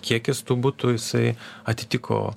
kiekis tų butų jisai atitiko